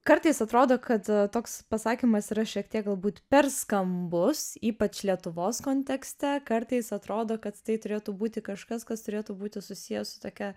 kartais atrodo kad e toks pasakymas yra šiek tiek galbūt per skambus ypač lietuvos kontekste kartais atrodo kad tai turėtų būti kažkas kas turėtų būti susiję su tokia